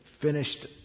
finished